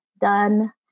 done